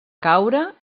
caure